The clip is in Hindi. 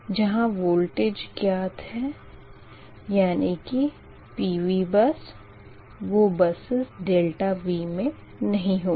जहाँ वोल्टेज ज्ञात है यानी कि PV बस वो बसस ∆V मे नही होंगी